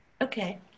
Okay